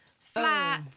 flat